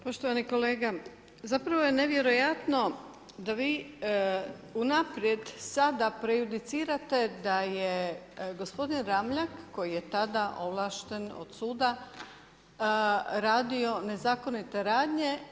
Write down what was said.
Poštovani kolega, zapravo je nevjerojatno da vi unaprijed sada prejudicirate da je gospodin Ramljak koji je tada ovlašten od suda radio nezakonite radnje.